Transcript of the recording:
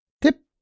tip